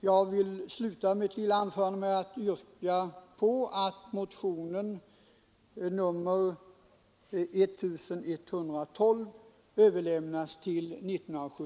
Jag vill sluta mitt lilla anförande med att yrka att Nr 57